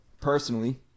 personally